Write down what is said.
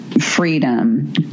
freedom